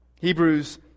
Hebrews